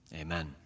Amen